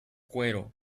cuero